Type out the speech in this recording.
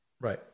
Right